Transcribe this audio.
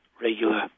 regular